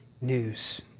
news